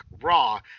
raw